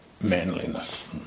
manliness